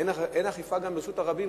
אין אכיפה גם ברשות הרבים,